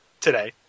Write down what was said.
today